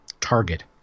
target